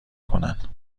کنن